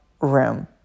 room